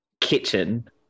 kitchen